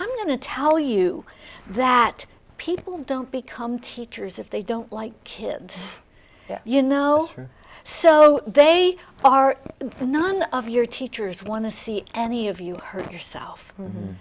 i'm going to tell you that people don't become teachers if they don't like kids you know so they are none of your teachers want to see any of you hurt yourself